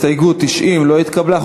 הסתייגות 90 לא התקבלה.